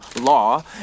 law